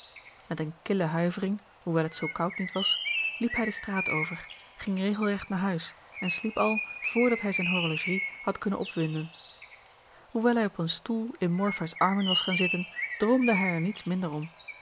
met eene kille huivering hoewel het zoo koud niet was liep hij de straat over ging regelregt naar huis en sliep al vr dat hij zijn horologie had kunnen opwinden hoewel hij op een stoel in morpheus armen was gaan zitten droomde hij er niets minder om